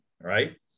right